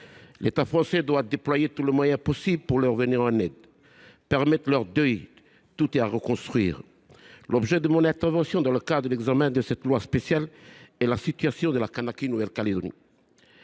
L’État français doit déployer tous les moyens possibles pour leur venir en aide et permettre leur deuil : tout est à reconstruire. L’objet de mon intervention dans le cadre de l’examen de cette loi spéciale est la situation de la Kanaky Nouvelle Calédonie.